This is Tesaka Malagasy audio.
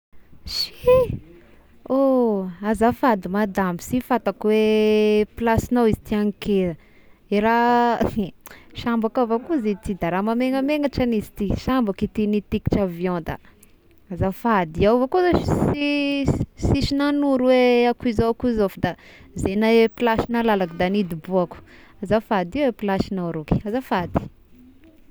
Siiy ôh, azafady madame sy fantako hoe plasignao izy ty agny ke, i raha he sambako avao koa zay ty da raha mahamegnamegnatra any izy ty, sambako ity nitikitry avion da azafady, iaho avao ko zashy sy sisy nanoro hoe ia koa zao ko zao fa da izay na e plasy nalalaky da nidoboako, azafady oh ,io a plasignao roky, azafady.